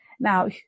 Now